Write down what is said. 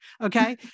Okay